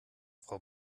frau